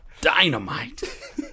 dynamite